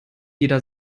jeder